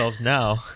now